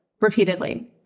repeatedly